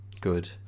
good